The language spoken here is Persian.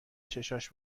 چشاش